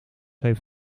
heeft